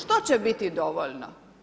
Što će biti dovoljno?